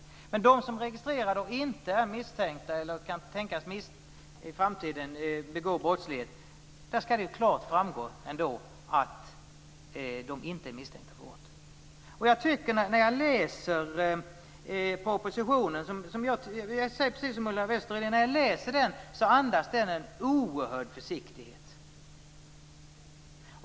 Men i fråga om dem som blir registrerade och inte är misstänkta eller kan tänkas begå brott i framtiden skall det klart framgå att de inte är misstänkta för brott. Jag tycker som Ulla Wester Rudin att propositionen andas en oerhörd försiktighet.